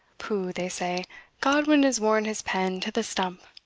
pooh, they say godwin has worn his pen to the stump.